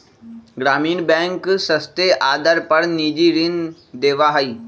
ग्रामीण बैंक सस्ते आदर पर निजी ऋण देवा हई